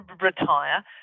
retire